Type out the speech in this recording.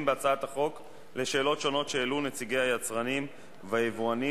זו הצעת חוק שמציג יושב-ראש ועדת